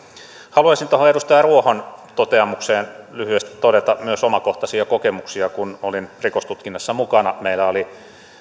haluaisin tuohon edustaja ruohon toteamukseen lyhyesti todeta myös omakohtaisia kokemuksia kun olin rikostutkinnassa mukana meillä oli